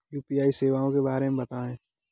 UPI सेवाओं के बारे में बताएँ?